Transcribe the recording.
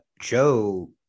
Joe